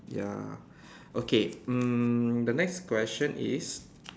ya okay um the next question is